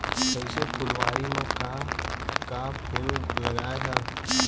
कइसे फुलवारी म का का फूल लगाय हा?